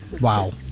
Wow